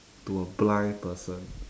to a blind person